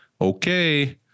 okay